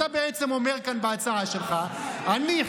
למעשה בהצעה שלך אתה אומר: אני,